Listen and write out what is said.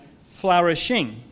flourishing